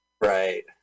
Right